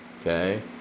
okay